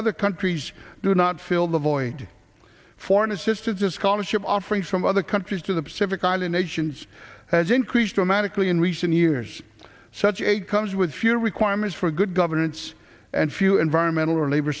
other countries do not fill the void foreign assistance or scholarship offerings from other countries to the pacific island nations has increased dramatically in recent years such a comes with fewer requirements for good governance and few environmental or labor